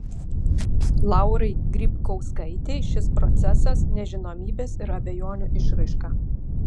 laurai grybkauskaitei šis procesas nežinomybės ir abejonių išraiška